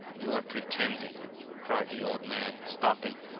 you're pretending cried the old man, stopping.